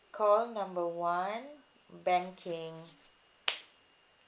call number one banking